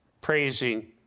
praising